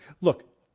look